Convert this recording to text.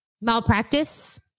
malpractice